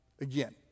Again